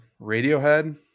radiohead